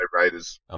Raiders